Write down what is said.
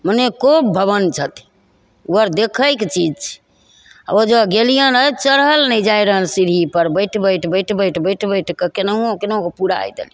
मने कोप भवन छथिन ओ आओर देखैके चीज छी आओर ओहिजाँ गेलिअनि हे चढ़ल नहि जाइ रहनि सीढ़ीपर बैठि बैठि बैठि बैठि बैठि बैठिके कोनाहु कोनाहुके पुरै देलिअनि